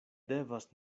devas